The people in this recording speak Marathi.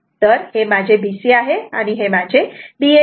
तर हे माझे B C आहे आणि हे माझे BL आहे